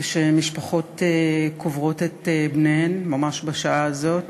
כאשר משפחות קוברות את בניהן ממש בשעה הזאת,